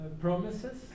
Promises